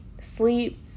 sleep